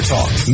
Talk